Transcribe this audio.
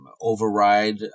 override